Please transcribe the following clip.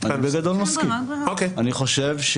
אני בגדול, מסכים, אני חושב,